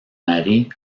mari